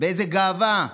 באיזו גאווה: